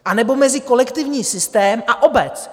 Anebo mezi kolektivní systém a obec?